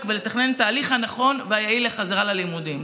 ולתכנן את התהליך הנכון והיעיל לחזרה ללימודים.